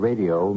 Radio